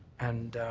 and